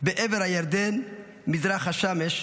בעבר הירדן מזרח השמש",